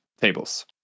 tables